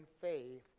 faith